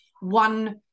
one